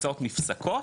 הוצאות נפסקות,